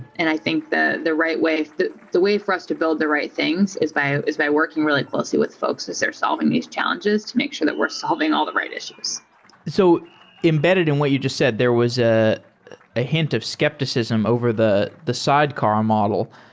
and i think the the right way, the the way for us to build the right things is by is by working really closely with folks as they're solving these challenges to make sure that we're solving all the right issues so embedded in what you just said, there was a hint of skepticism over the the sidecar model,